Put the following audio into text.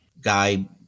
guy